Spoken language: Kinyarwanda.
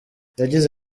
yagize